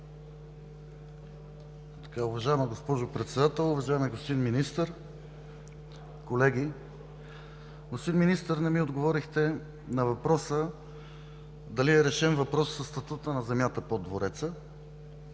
Уважаема госпожо Председател, уважаеми господин Министър, колеги! Господин Министър, не ми отговорихте дали е решен въпросът със статута на земята под Двореца